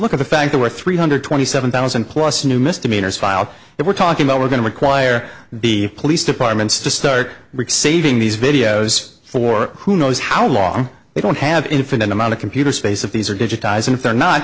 look at the fact there were three hundred twenty seven thousand plus new misdemeanors filed it we're talking about we're going to require the police departments to start with saving these videos for who knows how long they don't have infinite amount of computer space of these are digitizing if they're not